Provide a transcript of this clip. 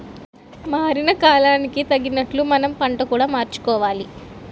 మారిన కాలానికి తగినట్లు మనం పంట కూడా మార్చుకోవాలి